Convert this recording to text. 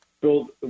build